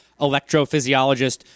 electrophysiologist